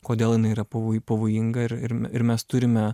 kodėl jinai yra pavo pavojinga ir ir ir mes turime